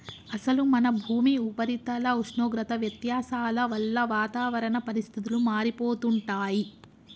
అసలు మన భూమి ఉపరితల ఉష్ణోగ్రత వ్యత్యాసాల వల్ల వాతావరణ పరిస్థితులు మారిపోతుంటాయి